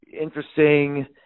interesting